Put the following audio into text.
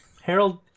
Harold